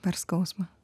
per skausmą